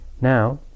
Now